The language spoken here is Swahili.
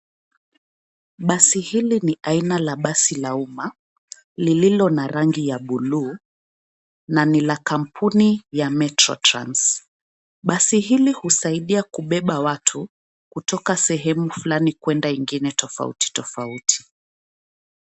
Basi hili ni aina la basi la uma lililo na rangi ya bluu na ni la kampuni ya Metro Trans. Basi hili husaidia kubeba watu kutoka sehemu fulani kwenda ingine tofauti tofauti.